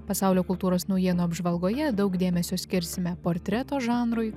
pasaulio kultūros naujienų apžvalgoje daug dėmesio skirsime portreto žanrui